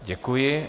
Děkuji.